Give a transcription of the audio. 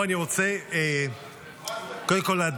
קודם כול,